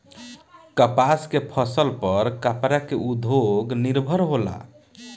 कपास के फसल पर कपड़ा के उद्योग निर्भर होला